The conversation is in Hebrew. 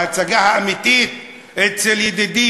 ההצגה האמיתית אצל ידידי,